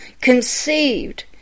conceived